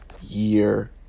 year